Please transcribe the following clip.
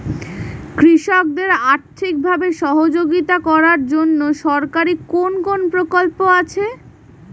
কৃষকদের আর্থিকভাবে সহযোগিতা করার জন্য সরকারি কোন কোন প্রকল্প আছে?